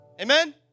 Amen